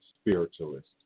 spiritualist